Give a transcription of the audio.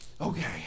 okay